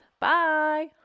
Bye